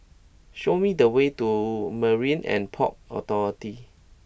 show me the way to Marine And Port Authority